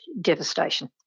devastation